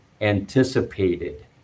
anticipated